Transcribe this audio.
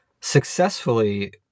successfully